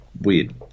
weird